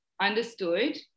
understood